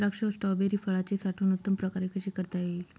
द्राक्ष व स्ट्रॉबेरी फळाची साठवण उत्तम प्रकारे कशी करता येईल?